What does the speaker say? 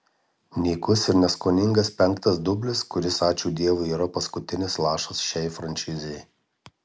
nykus ir neskoningas penktas dublis kuris ačiū dievui yra paskutinis lašas šiai franšizei